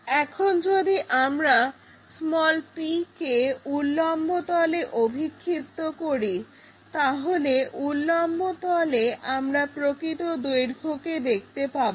এখন যদি আমরা p কে উল্লম্ব তলে অভিক্ষিপ্ত করি তাহলে উল্লম্ব তলে আমরা প্রকৃত দৈর্ঘ্যকে দেখতে পাবো